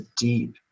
deep